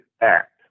act